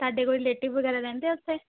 ਤੁਹਾਡੇ ਕੋਈ ਰਲੇਟਿਵ ਵਗੈਰਾ ਰਹਿੰਦੇ ਆ ਉੱਥੇ